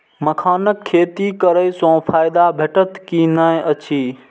मखानक खेती करे स फायदा भेटत की नै अछि?